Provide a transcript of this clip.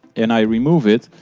and i remove it.